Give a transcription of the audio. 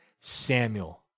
Samuel